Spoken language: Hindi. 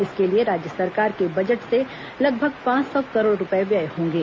इसके लिए राज्य सरकार के बजट से लगभग पांच सौ करोड़ रूपए व्यय होंगे